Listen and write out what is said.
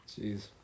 Jeez